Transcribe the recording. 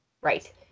Right